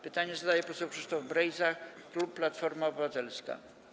Pytanie zadaje poseł Krzysztof Brejza, klub Platforma Obywatelska.